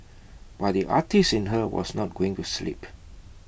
but the artist in her was not going to sleep